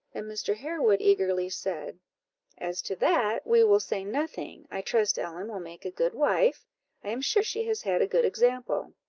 and mr. harewood eagerly said as to that we will say nothing i trust ellen will make a good wife i am sure she has had a good example.